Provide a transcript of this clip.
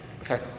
sorry